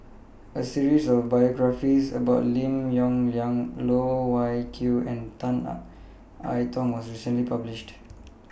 A series of biographies about Lim Yong Liang Loh Wai Kiew and Tan I Tong was recently published